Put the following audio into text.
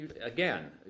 again